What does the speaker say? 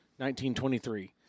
1923